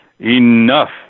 Enough